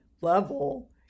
level